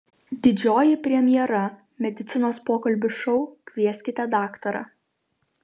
didžioji premjera medicinos pokalbių šou kvieskite daktarą